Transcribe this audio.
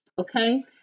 Okay